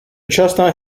chestnut